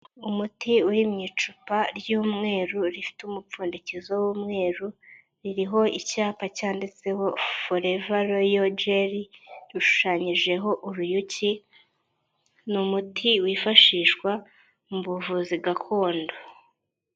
Umuti uri mu icupa ry'umweru rifite umupfundikizo w'umweru, ririho icyapa cyanditseho foreva royo jeri rishushanyijeho uruyuki, ni umuti wifashishwa mu buvuzi gakondo.